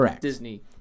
Disney